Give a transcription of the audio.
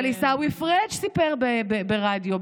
אבל עיסאווי פריג' סיפר ברדיו,